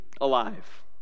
alive